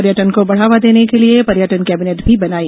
पर्यटन को बढ़ावा देने के लिये पर्यटन कैबिनेट भी बनाई